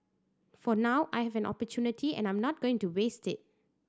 for now I have an opportunity and I'm not going to waste it